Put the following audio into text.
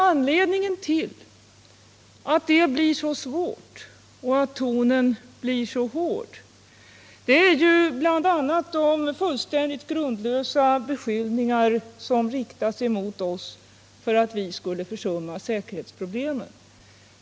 Anledningen till att det blir så svårt, att tonen blir så hård, är bl.a. de fullständigt grundlösa beskyllningar som riktas mot oss att vi skulle försumma säkerhetsproblemen.